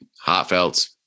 heartfelt